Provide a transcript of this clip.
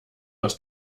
aus